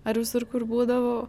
ar visur kur būdavau